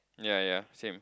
ya ya same